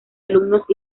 alumnos